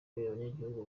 abanyagihugu